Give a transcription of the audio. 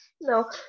No